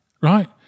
Right